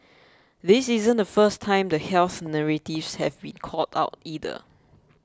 this isn't the first time the health narratives have been called out either